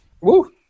Woo